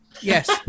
Yes